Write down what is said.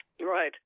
right